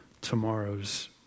tomorrows